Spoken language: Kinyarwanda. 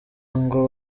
ngo